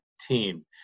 team